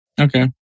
Okay